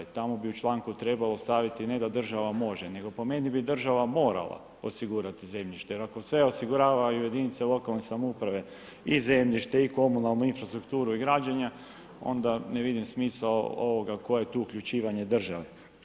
Tamo bi u članku trebalo staviti ne da država može, nego po meni bi država morala osigurati zemljište jer ako sve osiguravaju jedinice lokalne samouprave, i zemljište, i komunalno, i infrastrukturu i građenja, onda ne vidim smisao ovoga koje je tu uključivanje države.